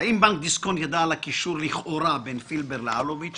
האם בנק דיסקונט ידע על הקישור לכאורה בין פילבר לאלוביץ'?